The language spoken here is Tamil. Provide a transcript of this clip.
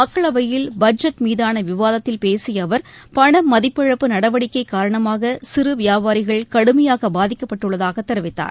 மக்களவையில் பட்ஜெட் மீதான விவாதத்தில் பேசிய அவர் பண மதிப்பிழப்பு நடவடிக்கை காரணமாக சிறு வியாபாரிகள் கடுமையாக பாதிக்கப்பட்டுள்ளதாக தெரிவித்தார்